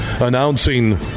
announcing